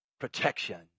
protection